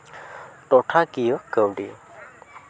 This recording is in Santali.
ᱴᱚᱴᱷᱟ ᱠᱤᱭᱟᱹ ᱠᱟᱹᱣᱰᱤ